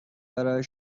برای